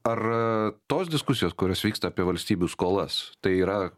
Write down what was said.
ar tos diskusijos kurios vyksta apie valstybių skolas tai yra